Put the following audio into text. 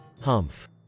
Humph